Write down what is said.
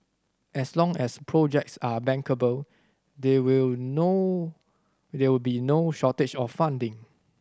as long as projects are bankable there will no it will be no shortage of funding